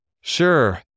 Sure